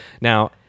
now